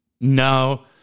No